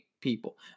people